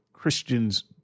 Christians